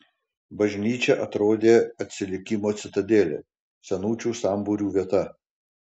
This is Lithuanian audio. bažnyčia atrodė atsilikimo citadelė senučių sambūrių vieta